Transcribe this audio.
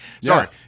Sorry